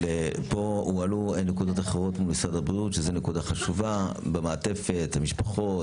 אבל העלו פה נקודות חשובות אחרות מול משרד הבריאות לגבי המעטפת למשפחות,